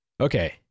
okay